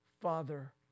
Father